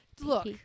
look